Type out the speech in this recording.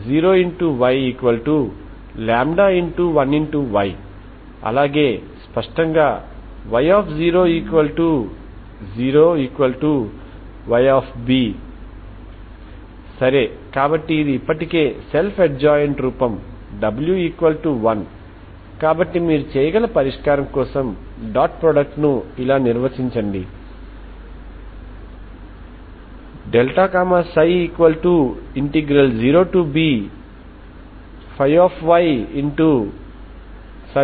Y అలాగే స్పష్టంగా Y00Y సరే కాబట్టి ఇది ఇప్పటికే సెల్ఫ్ అడ్ జాయింట్ రూపం w1 కాబట్టి మీరు చేయగల పరిష్కారం కోసం డాట్ ప్రొడక్ట్ ను ఇలా నిర్వచించండి ΦѰ ∶ 0bΦѰdy